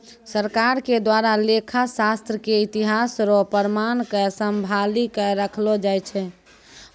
सरकार के द्वारा लेखा शास्त्र के इतिहास रो प्रमाण क सम्भाली क रखलो जाय छै